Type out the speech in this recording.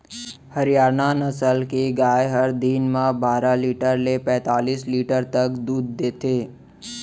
हरियाना नसल के गाय हर दिन म बारा लीटर ले पैतालिस लीटर तक दूद देथे